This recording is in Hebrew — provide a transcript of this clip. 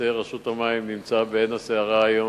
שנושא רשות המים נמצא בעין הסערה היום.